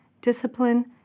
discipline